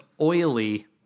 oily